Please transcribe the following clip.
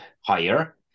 higher